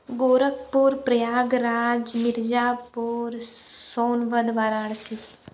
Gorakhpur Prayagraj Mirzapur Sonbhadra Varanasi